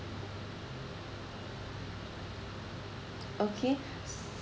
okay